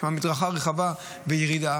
יש שם מדרכה רחבה וירידה,